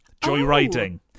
joyriding